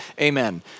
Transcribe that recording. Amen